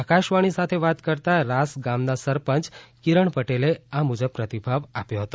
આકાશવાણી સાથે વાત કરતાં રાસ ગામના સરપંય કિરણ પટેલે આ મુજબ પ્રતિભાવ આપ્યો હતો